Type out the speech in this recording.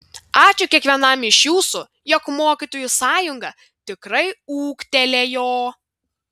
ačiū kiekvienam iš jūsų jog mokytojų sąjunga tikrai ūgtelėjo